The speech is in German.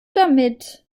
damit